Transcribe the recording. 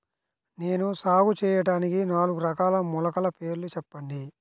నేను సాగు చేయటానికి నాలుగు రకాల మొలకల పేర్లు చెప్పండి?